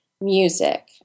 music